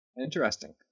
Interesting